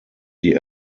die